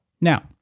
Now